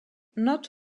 not